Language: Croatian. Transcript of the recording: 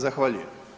Zahvaljujem.